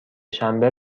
شنبه